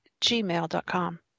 Gmail.com